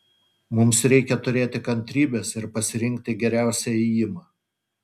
mums reikia turėti kantrybės ir pasirinkti geriausią ėjimą